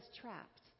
trapped